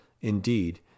Indeed